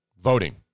Voting